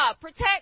protect